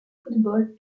football